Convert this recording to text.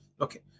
Okay